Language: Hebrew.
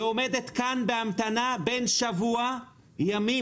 ועומדת כאן בהמתנה שבוע ימים,